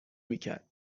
میکرد